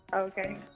Okay